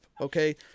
Okay